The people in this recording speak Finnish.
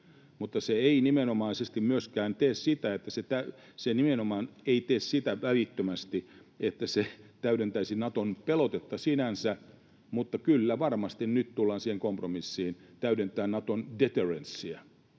mutta se nimenomaan ei tee sitä välittömästi, että se täydentäisi Naton pelotetta sinänsä, mutta kyllä varmasti nyt tullaan siihen kompromissiin, että se täydentää Naton deterrenceä.